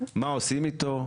מה עושים איתו,